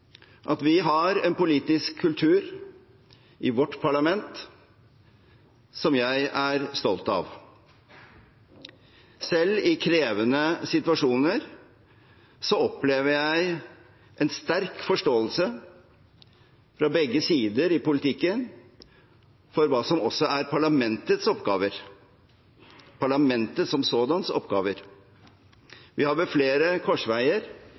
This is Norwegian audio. at vi har en politisk kultur i vårt parlament som jeg er stolt av. Selv i krevende situasjoner opplever jeg en sterk forståelse, fra begge sider i politikken, for hva som også er parlamentet som sådans oppgaver. Vi har ved flere korsveier